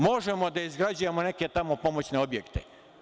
Možemo da izgrađujemo neke tamo pomoćne objekte.